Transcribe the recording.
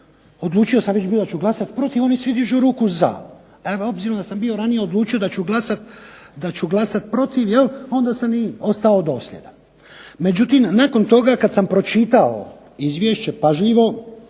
odlučio sam već bio da ću glasat protiv, oni svi dižu ruku za. Naime, obzirom da sam bio ranije odlučio da ću glasat protiv onda sam i ostao dosljedan. Međutim, nakon toga kad sam pročitao izvješće pažljivo,